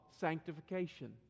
sanctification